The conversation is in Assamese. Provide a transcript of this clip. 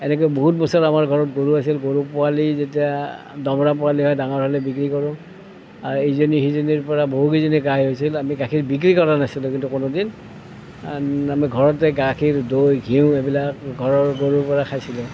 এনেকৈ বহুত বছৰ আমাৰ ঘৰত গৰু আছিল গৰু পোৱালি যেতিয়া দমৰা পোৱালি হয় ডাঙৰ হ'লে বিক্ৰী কৰোঁ আৰু ইজনি সিজনিৰ পৰা বহুকেইজনি গাই হৈছিল আমি গাখীৰ বিক্ৰী কৰা নাছিলোঁ কিন্তু কোনোদিন আমি ঘৰতে গাখীৰ দৈ ঘিঁউ এইবিলাক ঘৰৰ গৰুৰ পৰা খাইছিলোঁ